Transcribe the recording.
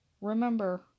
remember